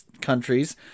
countries